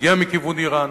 שמגיע מכיוון אירן,